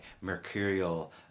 mercurial